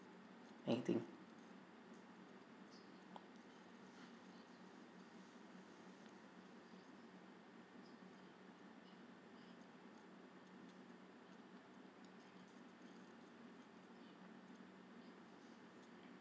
anything